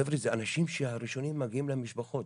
חבר'ה, זה האנשים הראשונים שמגיעים למשפחות